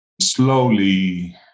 Slowly